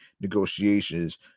negotiations